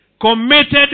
Committed